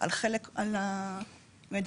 על המדדים,